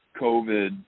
COVID